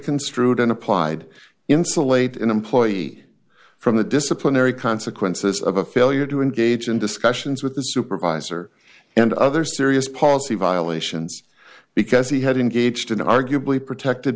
construed and applied insulate an employee from the disciplinary consequences of a failure to engage in discussions with the supervisor and other serious policy violations because he had engaged in arguably protected